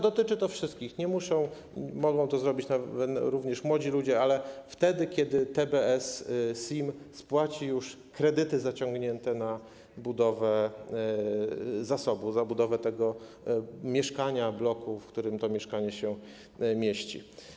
Dotyczy to wszystkich, mogą to zrobić również młodzi ludzie, ale wtedy, kiedy TBS, SIM spłaci już kredyty zaciągnięte na budowę zasobu, za budowę mieszkania, bloku, w którym to mieszkanie się mieści.